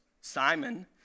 Simon